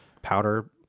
powder